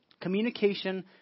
communication